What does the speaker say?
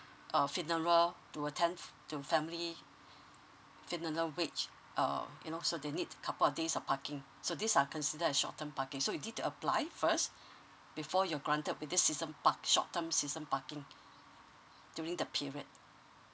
uh funeral to attend to family funeral which uh you know so they need couple of days of parking so these are considered err short term parking so you need to apply first before your are granted with this season uh short term season parking during the period